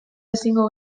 ezingo